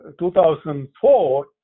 2004